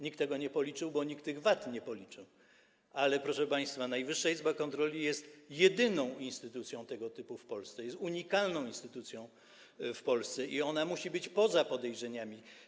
Nikt tego nie policzył, bo nikt tych wad nie policzy, ale proszę państwa, Najwyższa Izba Kontroli jest jedyną instytucją tego typu w Polsce, jest unikalną instytucją w Polsce i ona musi być poza podejrzeniami.